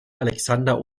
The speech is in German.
alexander